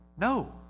No